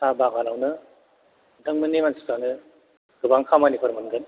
साहा बागानावनो नोंथांमोननि मानसिफ्रानो गोबां खामानिफोर मोनगोन